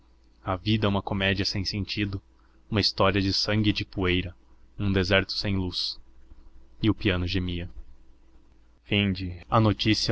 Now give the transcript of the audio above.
a vida é uma comédia sem sentido uma história de sangue e de poeira um deserto sem luz e o piano gemia